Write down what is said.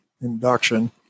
induction